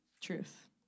Truth